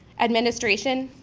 administration,